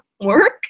work